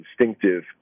instinctive